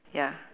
ya